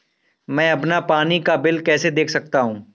मैं अपना पानी का बिल कैसे देख सकता हूँ?